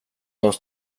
oss